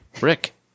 Rick